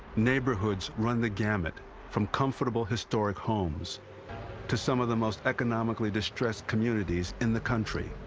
neighborhoods run the gamut from comfortable historic homes to some of the most economically distressed communities in the country.